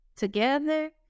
together